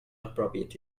appropriate